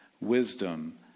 wisdom